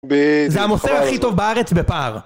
זה המוסר הכי טוב בארץ בפער.